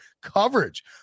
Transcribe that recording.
coverage